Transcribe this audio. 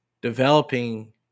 developing